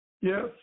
Yes